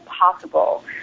possible